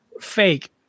fake